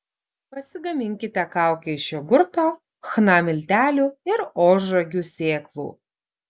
pasigaminkite kaukę iš jogurto chna miltelių ir ožragių sėklų